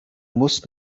musst